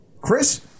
Chris